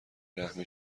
رحمین